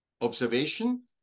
observation